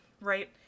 right